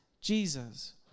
Jesus